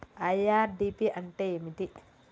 IRDP అంటే ఏమిటి?